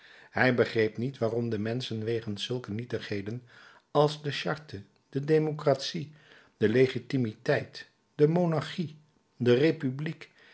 hij begreep niet waarom de menschen wegens zulke nietigheden als de charte de democratie de legitimiteit de monarchie de republiek